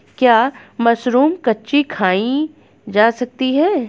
क्या मशरूम कच्ची खाई जा सकती है?